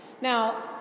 Now